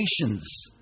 nations